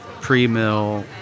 pre-mill